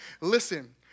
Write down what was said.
Listen